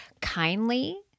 kindly